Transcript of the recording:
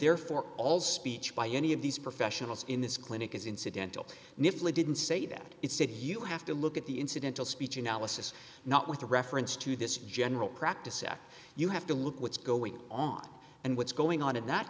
therefore all speech by any of these professionals in this clinic is incidental knisley didn't say that it said you have to look at the incidental speech analysis not with reference to this general practice ect you have to look what's going on and what's going on in that